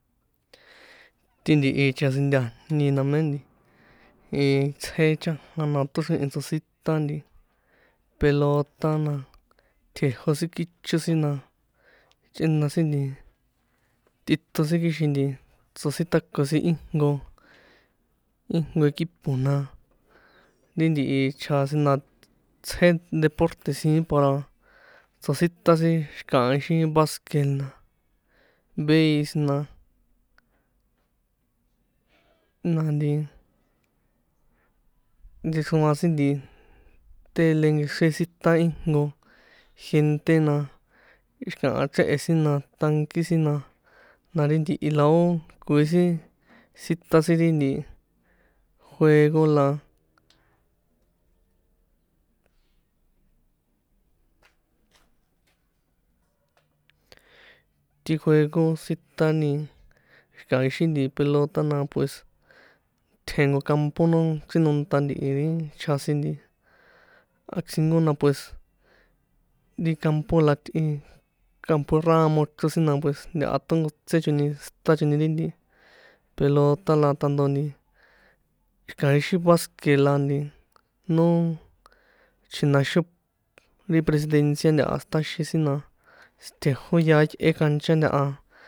Ti ntihi chjasintajni na mé nti iitsje chanja na toxrihi̱n tsositan nti pelota na, tjejo sin kícho sin, na chꞌena sin nti tꞌiṭon sin kixin nti tsositako sin íjnko, íjnko equipo na, ri ntihi chjasin na tsjé deporte siín para tsosítan sin, xi̱ka̱ ixí basque na, beis na, na nti nchexroan sin nti tele nkexrí sinta íjnko gente, na xi̱kaha chrehe̱ sin, na tanki sin na, na ri ntihi la ó koi sin sita sin ri nti juego la ti juego sitani xi̱ka̱ ixí nti pelota, na pues tjen nko campo no chrínonṭa ntihi ri chjasin nti atzingo, na pues ri campo la tꞌin campoe ramo chro sin, na pues ntaha tonkotsé choni, siṭa choni ri nti pelota, la tanto nti xi̱ka̱ ixí basque la nti no chjinaxon no presidencia ntaha siṭaxin sin, na tjejó yaá yꞌé kancha ntaha.